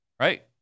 Right